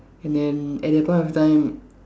and then at that point of time